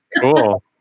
Cool